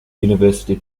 university